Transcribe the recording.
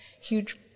huge